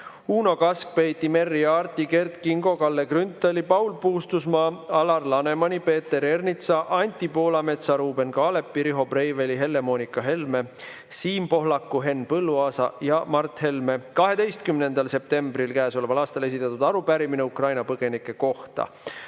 Uno Kaskpeiti, Merry Aarti, Kert Kingo, Kalle Grünthali, Paul Puustusmaa, Alar Lanemani, Peeter Ernitsa, Anti Poolametsa, Ruuben Kaalepi, Riho Breiveli, Helle-Moonika Helme, Siim Pohlaku, Henn Põlluaasa ja Mart Helme 12. septembril käesoleval aastal esitatud arupärimine Ukraina põgenike kohta.